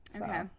Okay